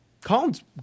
colin's